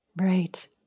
right